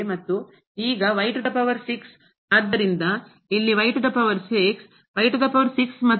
ಮತ್ತು ಈಗ ಆದ್ದರಿಂದ ಇಲ್ಲಿ ಮತ್ತು